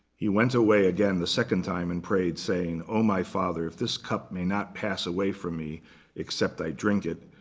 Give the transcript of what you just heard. he went away again the second time and prayed, saying, oh my father, if this cup may not pass away from me except i drink it,